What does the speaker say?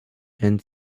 and